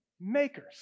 makers